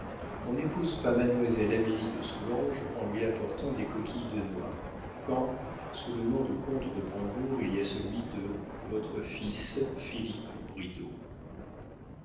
on n'épouse pas mademoiselle amélie de soulanges en lui apportant des coquilles de noix quand sous le nom de comte de brambourg il y a celui de votre fils philippe